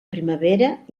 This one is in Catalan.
primavera